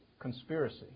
conspiracy